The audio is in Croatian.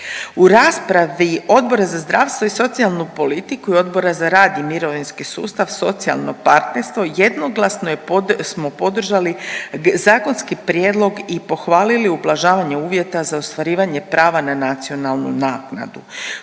U raspravi Odbora za zdravstvo i socijalnu politiku i Odbora za rad, mirovinski sustav i socijalno partnerstvo jednoglasno smo podržali zakonski prijedlog i pohvalili ublažavanje uvjeta za ostvarivanje prava na nacionalnu naknadu,